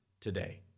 today